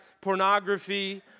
pornography